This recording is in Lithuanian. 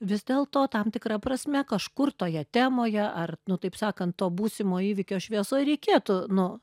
vis dėlto tam tikra prasme kažkur toje temoje ar nu taip sakant to būsimo įvykio šviesoj reikėtų nu